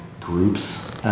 groups